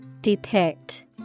Depict